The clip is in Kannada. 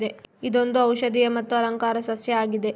ಇದೊಂದು ಔಷದಿಯ ಮತ್ತು ಅಲಂಕಾರ ಸಸ್ಯ ಆಗಿದೆ